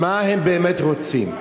מה הם באמת רוצים.